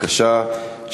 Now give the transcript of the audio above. בבקשה.